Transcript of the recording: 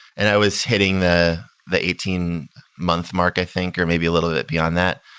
and i was hitting the the eighteen month mark i think, or maybe a little bit beyond that.